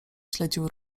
śledził